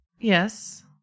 Yes